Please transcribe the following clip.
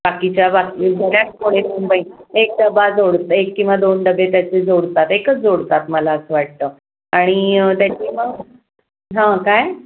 बाकीच्या बाकी ज्यात थोडे मुंबई एक डबा जोड एक किंवा दोन डबे त्याचे जोडतात एकच जोडतात मला असं वाटतं आणि त्याचे ना हां काय